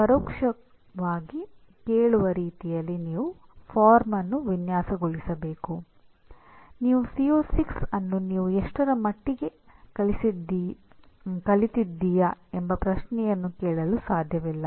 ಅಂದರೆ ಮೊದಲು ಉತ್ಪನ್ನವನ್ನು ವ್ಯಾಖ್ಯಾನಿಸಬೇಕು ಮತ್ತು ನಂತರ ಪ್ರಕ್ರಿಯೆ ನಡೆಸಬೇಕು